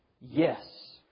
Yes